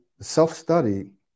self-study